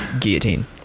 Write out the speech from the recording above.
guillotine